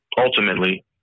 ultimately